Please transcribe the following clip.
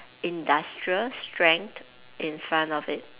industrial strength in front of it